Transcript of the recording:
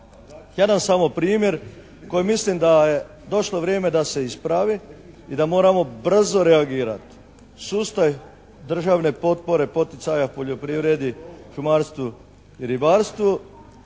Sada samo primjer koji mislim da je došlo vrijeme da se ispravi i da moramo brzo reagirati. Sustav državne potpore poticaja poljoprivredi, šumarstvu i ribarstvu